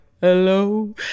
hello